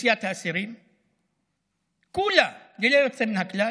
אוכלוסיית האסירים, כולם, ללא יוצא מן הכלל,